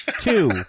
Two